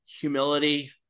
humility